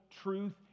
truth